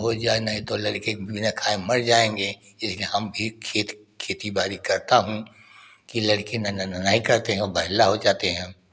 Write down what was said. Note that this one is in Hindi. हो जाए नहीं तो लड़के बिना खाएं मर जाएंगे हम भी खेत खेती बाड़ी करता हूँ कि लड़के नहीं करते हैं वो भला हो जाते हैं